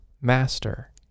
master